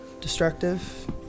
destructive